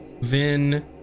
Vin